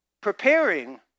preparing